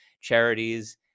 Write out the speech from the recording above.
charities